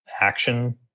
action